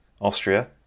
Austria